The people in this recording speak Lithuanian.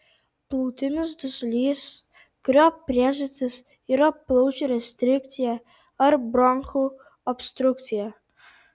plautinis dusulys kurio priežastys yra plaučių restrikcija ar bronchų obstrukcija